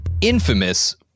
infamous